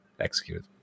executed